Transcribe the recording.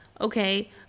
okay